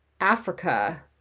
africa